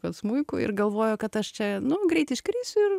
kad smuiku ir galvojo kad aš čia nu greit iškrisiu ir